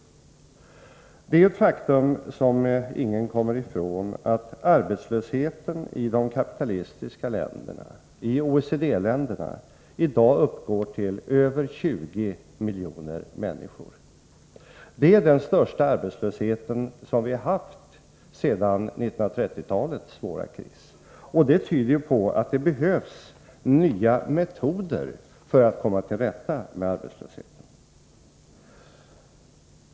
Det är ett faktum, som ingen kommer ifrån, att arbetslösheten i de kapitalistiska länderna, i OECD-länderna, i dag uppgår till över 20 miljoner människor. Det är den största arbetslösheten sedan 1930-talets svåra kris. Det tyder på att nya metoder behövs för att komma till rätta med arbetslösheten.